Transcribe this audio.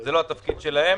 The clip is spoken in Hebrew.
זה לא התפקיד שלהם.